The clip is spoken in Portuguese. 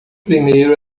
primeiro